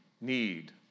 need